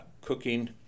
cooking